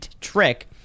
trick